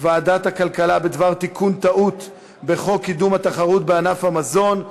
ועדת הכלכלה בדבר תיקון טעות בחוק קידום התחרות בענף המזון.